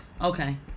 Okay